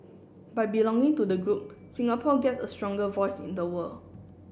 by belonging to the group Singapore gets a stronger voice in the world